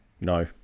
No